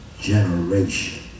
generation